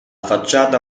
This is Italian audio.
facciata